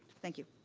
thank you.